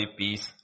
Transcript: peace